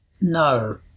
No